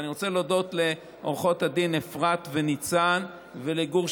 אני רוצה להודות לעו"ד אפרת וניצן ולגור,